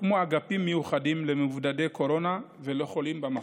הוקמו אגפים מיוחדים למבודדי קורונה ולחולים במחוז,